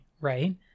right